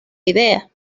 idea